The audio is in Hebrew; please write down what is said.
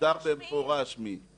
מוגדר במפורש מי זה.